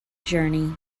journey